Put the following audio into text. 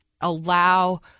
allow